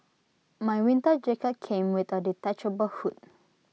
my winter jacket came with A detachable hood